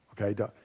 Okay